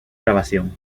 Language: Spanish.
grabación